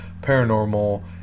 paranormal